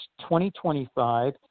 2025